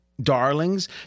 Darlings